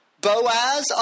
Boaz